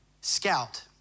Scout